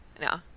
No